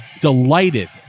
delighted